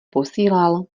posílal